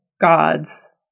gods